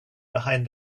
behind